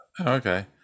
Okay